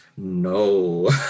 No